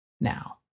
now